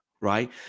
right